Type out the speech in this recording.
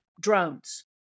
drones